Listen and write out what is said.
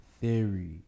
Theory